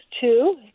two